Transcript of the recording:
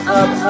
up